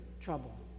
trouble